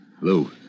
Lou